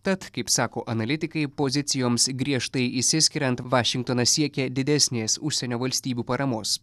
tad kaip sako analitikai pozicijoms griežtai išsiskiriant vašingtonas siekia didesnės užsienio valstybių paramos